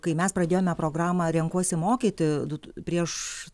kai mes pradėjome programą renkuosi mokyti du prieš